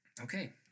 Okay